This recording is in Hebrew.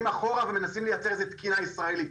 אחורה ומנסים לייצר איזו תקינה ישראלית.